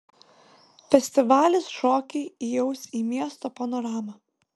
festivalis šokį įaus į miesto panoramą